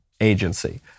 Agency